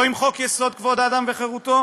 לא עם חוק-יסוד: כבוד האדם וחירותו,